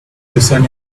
discern